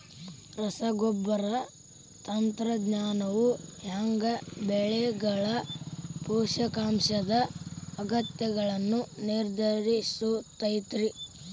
ರಸಗೊಬ್ಬರ ತಂತ್ರಜ್ಞಾನವು ಹ್ಯಾಂಗ ಬೆಳೆಗಳ ಪೋಷಕಾಂಶದ ಅಗತ್ಯಗಳನ್ನ ನಿರ್ಧರಿಸುತೈತ್ರಿ?